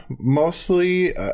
mostly